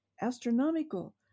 Astronomical